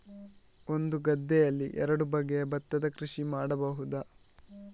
ಒಂದು ಗದ್ದೆಯಲ್ಲಿ ಎರಡು ಬಗೆಯ ಭತ್ತದ ಕೃಷಿ ಮಾಡಬಹುದಾ?